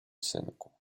synku